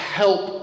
help